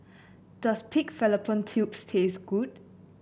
does Pig Fallopian Tubes taste good